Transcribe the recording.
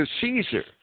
Caesar